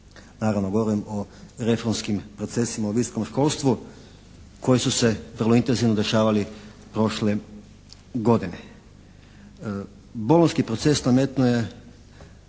Naravno govorim o reformskim procesima u visokom školstvu koje su se vrlo intenzivno dešavali u prošloj godini. Bolonjski proces nametnuo je